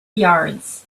yards